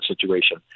situation